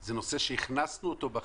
זה נושא שהכנסנו אותו בחקיקה,